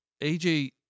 AJ